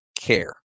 care